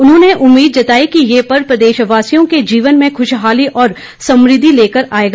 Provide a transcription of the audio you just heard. उन्होंने उम्मीद जताई के ये पर्व प्रदेशवासियों के जीवन में ख्शहाली और समृद्धि लेकर आएगा